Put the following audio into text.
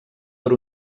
per